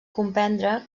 comprendre